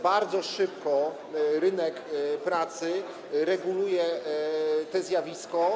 Bardzo szybko rynek pracy reguluje to zjawisko.